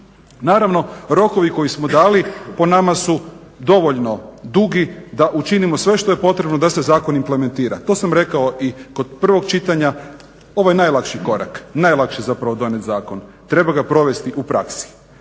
Naravno, rokovi koje smo dali po nama su dovoljno dugi da učinimo sve što je potrebno da se zakon implementira, to sam rekao i kod prvog čitanja. Ovo je najlakši korak, najlakše zapravo donijet zakon, treba ga provesti u praksi.